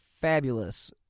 fabulous